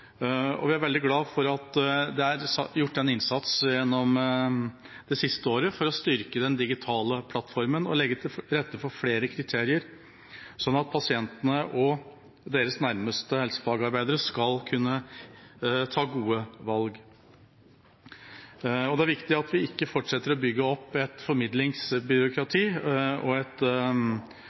og vi er veldig glad for at det gjennom det siste året er gjort en innsats for å styrke den digitale plattformen og legge til rette for flere kriterier, sånn at pasientene og deres nærmeste helsefagarbeidere skal kunne ta gode valg. Det er også viktig at vi ikke fortsetter å bygge opp et formidlingsbyråkrati og